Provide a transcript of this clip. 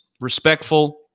respectful